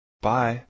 Bye